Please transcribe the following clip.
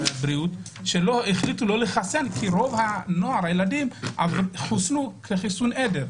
שהחליטו לא לחסן כי רוב הנוער כבר חוסן בחיסון עדר.